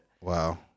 Wow